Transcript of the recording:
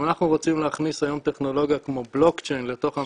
אם אנחנו רוצים להכניס היום טכנולוגיה כמו blockchain לתוך הממשלה,